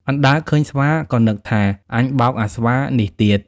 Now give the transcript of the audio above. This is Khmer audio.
អណ្ដើកឃើញស្វា ក៏នឹកថា "អញបោកអាស្វានេះទៀត"